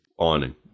ironing